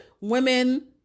women